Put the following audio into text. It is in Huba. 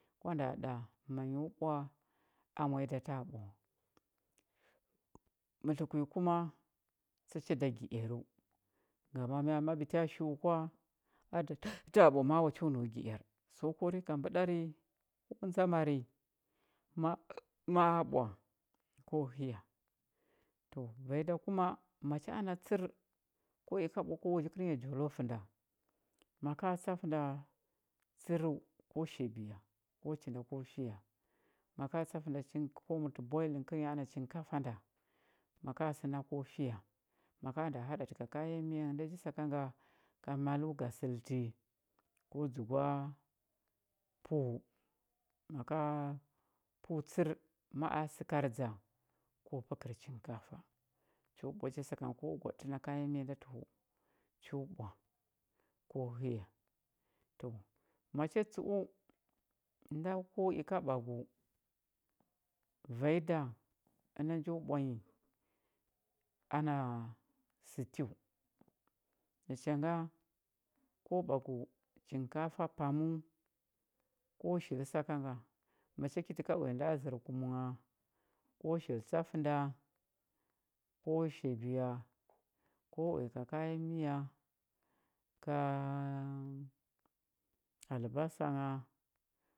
Kwa nda ɗa manyo ɓwa a manyi da taa ɓwa mətləkunyi kuma tsa cha da gi earəu ngama mya ma ɓitya shi u kwa a da taa ɓwa ma a wa cho nau gi ear so ko rika mbəɗari ko ndzamari ma ɓwa ko həya to vanyi da kuma mcha ana tsər ko i ka ɓwa ko kərnya jolof nda ma ka tsafənda tsərəu ko shabiya ko chindi ko fiya ma ka tsafənda chinkafa ko mərtə boiling kərnya ana chinkafa nda a ka səna ko fiya ma ka nda haɗatə ka kayan miya nghə da ja saka nga ka maləu ga səlti ko dzugwa pəu ma ka pəu tsər ma a səkardza ko pəkər chinkafa cho ɓwa ja saka ngə ko gwaɗətə na kayan miya nda tə hu u ko həya to macha nda ko i ka ɓwagu vanyi da ənda njo ɓwa nyi ana stew nacha nga ko ɓagu chinkafa paməu ko hili saka nga macha ki tə ka uya nda ər kum ngha ko shili tsafənda ko shabiya ko uya ka kayan miya ka albasa ngha,